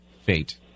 fate